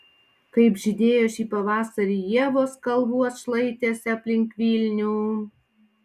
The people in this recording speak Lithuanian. kaip žydėjo šį pavasarį ievos kalvų atšlaitėse aplink vilnių